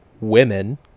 women